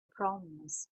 proms